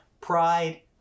pride